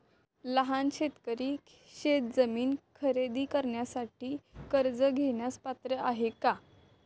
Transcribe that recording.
लहान शेतकरी शेतजमीन खरेदी करण्यासाठी कर्ज घेण्यास पात्र आहेत का?